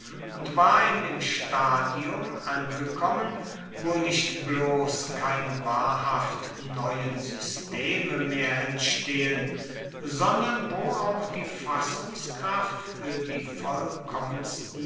und war in dem stadium angekommen wo nicht bloß keine wahrhaft neuen systeme mehr entstehen sondern wo auch die fassungskraft für die vollkommensten